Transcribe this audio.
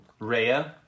Raya